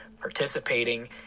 participating